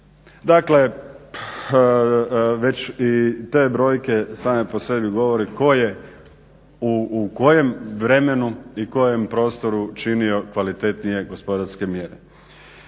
Dakle, već i te brojke same po sebi govore tko je u kojem vremenu i kojem prostoru činio kvalitetnije gospodarske mjere.